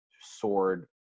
sword